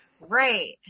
Right